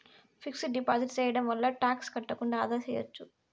fixed deposit సేయడం వల్ల tax కట్టకుండా ఆదా సేయచ్చు